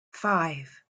five